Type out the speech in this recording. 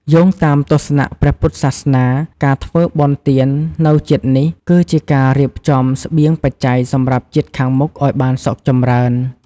យោងតាមទស្សនៈព្រះពុទ្ធសាសនា ការធ្វើបុណ្យទាននៅជាតិនេះ គឺជាការរៀបចំស្បៀងបច្ច័យសម្រាប់ជាតិខាងមុខឲ្យបានសុខចម្រើន។